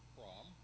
Prom